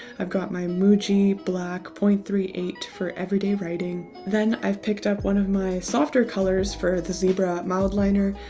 i've got my muji black zero point three eight for everyday writing. then i've picked up one of my softer colors for the zebra mild liner,